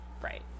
Right